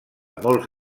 molts